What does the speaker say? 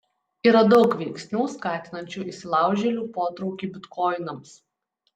yra daug veiksnių skatinančių įsilaužėlių potraukį bitkoinams